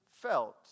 felt